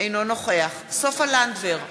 אינו נוכח סופה לנדבר,